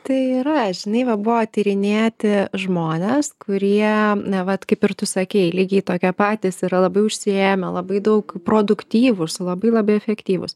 tai yra žinai va buvo tyrinėti žmones kurie vat kaip ir tu sakei lygiai tokie patys yra labai užsiėmę labai daug produktyvūs labai labai efektyvūs